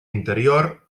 interior